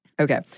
Okay